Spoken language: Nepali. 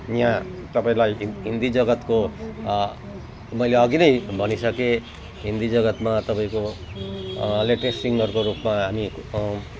यहाँ तपाईँलाई हिन्दी जगत्को मैले अघि नै भनिसकेँ हिन्दी जगत्मा तपाईँको लेटेस्ट सिङ्गरको रूपमा हामी